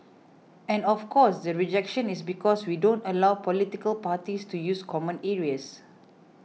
and of course the rejection is because we don't allow political parties to use common areas